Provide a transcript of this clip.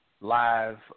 Live